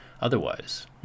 Otherwise